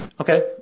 Okay